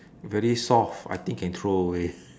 very soft I think can throw away